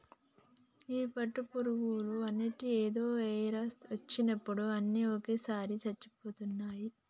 ఈ పట్టు పురుగులు అన్నిటికీ ఏదో వైరస్ వచ్చినట్టుంది అన్ని ఒకేసారిగా చచ్చిపోతున్నాయి